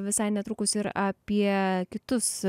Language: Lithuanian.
visai netrukus ir apie kitus